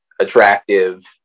attractive